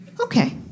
okay